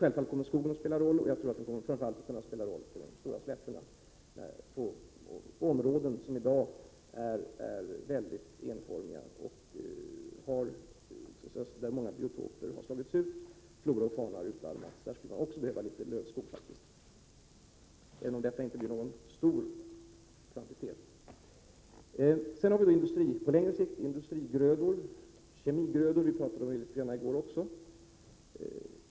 Självfallet kommer emellertid skogen att spela en roll, framför allt på de stora slätterna — områden som i dag är mycket enformiga, där många biotoper har slagits ut, där flora och fauna har utarmats. Där skulle det faktiskt behövas litet lövskog, även om det inte blir någon stor kvantitet. På längre sikt har vi industrigrödor och kemigrödor.